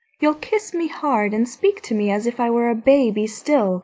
you'll kiss me hard, and speak to me as if i were a baby still